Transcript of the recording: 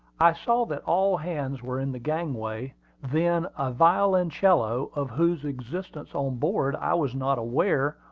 i saw that all hands were in the gangway then a violoncello, of whose existence on board i was not aware,